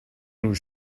nos